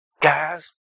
Guys